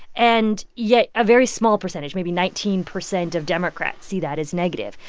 and yet a very small percentage maybe nineteen percent of democrats see that as negative.